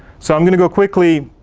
so i'm going to go quickly